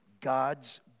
God's